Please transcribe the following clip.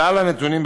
כלל הנתונים,